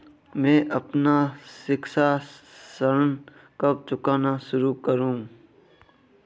मैं अपना शिक्षा ऋण कब चुकाना शुरू करूँ?